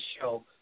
show